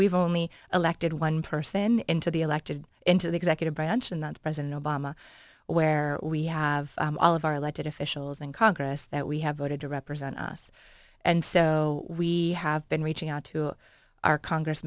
we've only elected one person into the elected into the executive branch and the president obama where we have all of our elected officials in congress that we have voted to represent us and so we have been reaching out to our congress